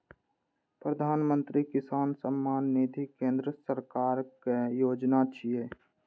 प्रधानमंत्री किसान सम्मान निधि केंद्र सरकारक योजना छियै